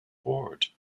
bored